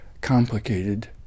complicated